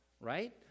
right